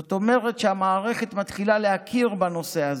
זאת אומרת שהמערכת מתחילה להכיר בנושא הזה.